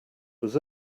was